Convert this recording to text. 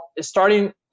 starting